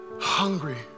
hungry